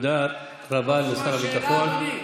תודה רבה לשר הביטחון.